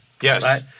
Yes